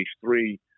three